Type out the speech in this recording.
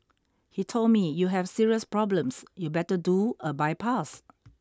he told me you have serious problems you better do a bypass